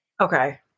Okay